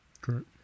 Correct